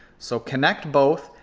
so connect both,